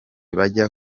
bajya